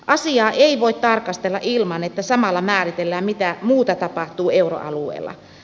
asia ei voi tarkastella ilman että samalla määritellään mitä muuta tapahtuu euroalueella